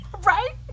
Right